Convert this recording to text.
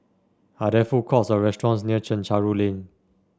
are there food courts or restaurants near Chencharu Lane